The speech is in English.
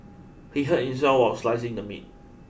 he hurt himself while slicing the meat